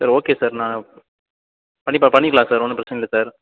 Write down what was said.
sir okay sir நான் கண்டிப்பாக பண்ணிக்கலாம் சார் ஒன்றும் பிரச்சினை இல்லை சார்